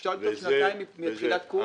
אפשר להוסיף שזה תקף מתחילת הקורס הראשון?